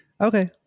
okay